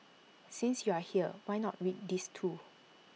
since you are here why not read these too